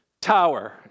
tower